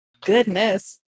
Goodness